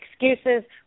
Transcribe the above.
excuses